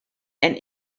and